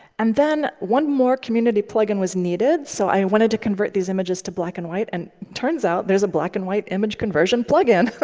and then one more community plugin was needed. so i wanted to convert these images to black and white. and turns out, there's a black and white image conversion plug-in.